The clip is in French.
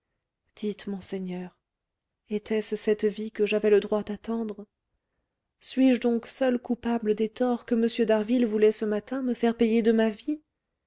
dites monseigneur était-ce cette vie que j'avais le droit d'attendre suis-je donc seule coupable des torts que m d'harville voulait ce matin me faire payer de ma vie